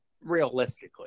realistically